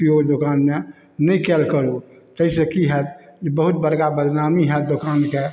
उपयोग दोकान मे नहि कएल करू ताहिसँ कि होयत बहुत बरका बदनामी होयत दोकानके